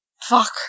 Fuck